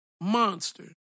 monster